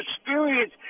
experience